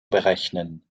berechnen